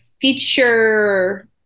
feature